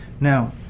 Now